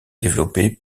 développé